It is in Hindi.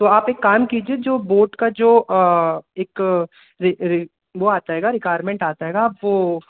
तो आप एक कम कीजिए जो बोर्ड का जो एक रि रि वह हाथ आएगा रिक्वायरमेंट हाथ आएगा आप वह